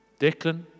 Declan